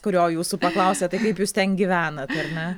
kurio jūsų paklausia tai kaip jūs ten gyvenat ar ne